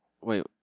Wait